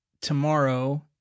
tomorrow